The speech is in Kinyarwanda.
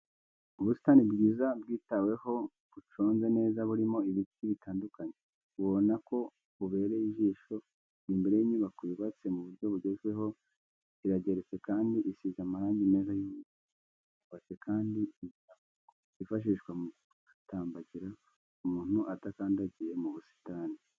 Ubusitani bwiza bwitaweho buconze neza burimo ibiti bitandukanye, ubona ko bubereye ijisho, buri imbere y'inyubako yubatse mu buryo bugezweho irageretse kandi isize amarangi meza y'umweru, hubatse kandi inzira zifashishwa mu kuhatambagira umuntu adakandagiye mu busitani.